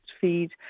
feed